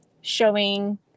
showing